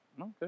Okay